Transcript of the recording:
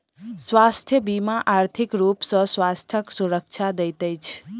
स्वास्थ्य बीमा आर्थिक रूप सॅ स्वास्थ्यक सुरक्षा दैत अछि